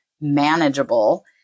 manageable